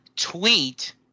tweet